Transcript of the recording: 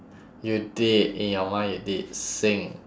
you did in your mind you did sing